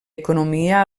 economia